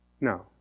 No